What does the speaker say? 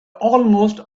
almost